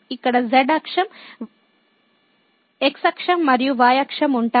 ఇక్కడ z అక్షం x అక్షం మరియు y అక్షం ఉంటాయి